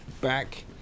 back